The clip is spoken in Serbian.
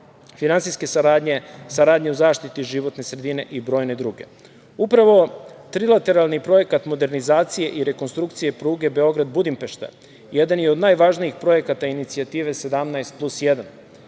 finansijske saradnje, saradnje u zaštiti životne sredine i brojne druge. Upravo trilateralni projekat modernizacije i rekonstrukcije pruge Beograd – Budimpešta, jedan je od najvažnijih projekata Inicijative 17+1,